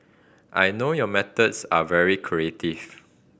I know your methods are very creative